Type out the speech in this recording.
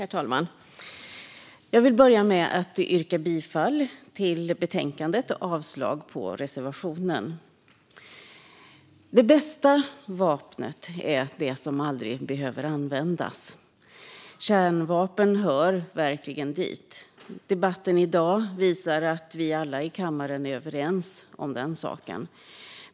Herr talman! Jag vill börja med att yrka bifall till utskottets förslag i betänkandet och avslag på reservationen. Det bästa vapnet är det som aldrig behöver användas. Kärnvapen hör verkligen dit. Debatten i dag visar att vi alla i kammaren är överens om den saken.